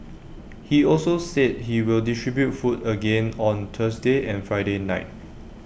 he also said he will distribute food again on Thursday and Friday night